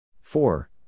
four